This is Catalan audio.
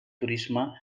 turisme